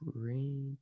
Great